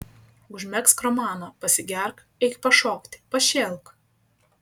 užmegzk romaną pasigerk eik pašokti pašėlk